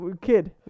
Kid